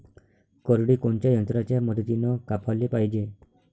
करडी कोनच्या यंत्राच्या मदतीनं कापाले पायजे?